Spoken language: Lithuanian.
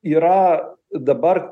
yra dabar